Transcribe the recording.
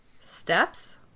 Steps